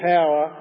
Power